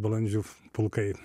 balandžių pulkai